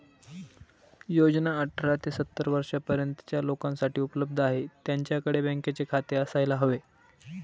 योजना अठरा ते सत्तर वर्षा पर्यंतच्या लोकांसाठी उपलब्ध आहे, त्यांच्याकडे बँकेचे खाते असायला हवे